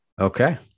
okay